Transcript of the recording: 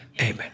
Amen